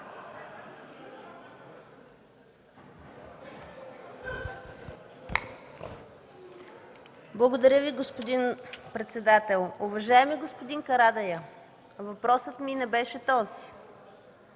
Благодаря Ви, господин председател. Уважаеми господин Карадайъ, въпросът ми не беше този.